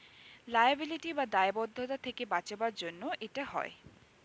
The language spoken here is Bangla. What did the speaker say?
লায়াবিলিটি বা দায়বদ্ধতা থেকে বাঁচাবার জন্য এটা হয়